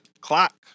clock